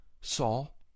Saul